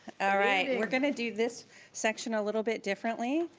alright, we're going to do this section a little bit differently,